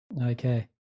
Okay